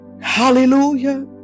Hallelujah